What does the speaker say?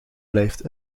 blijft